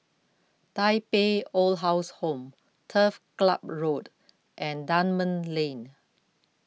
Tai Pei Old People's Home Turf Ciub Road and Dunman Lane